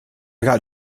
got